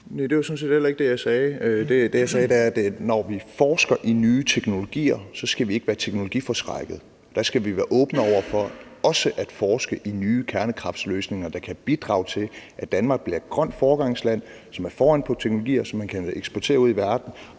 Det, jeg sagde, var, at vi, når vi forsker i nye teknologier, ikke skal være teknologiforskrækkede. Der skal vi være åbne over for også at forske i nye kernekraftsløsninger, der kan bidrage til, at Danmark bliver et grønt foregangsland, som er foran på teknologier, som man kan eksportere ud i verden.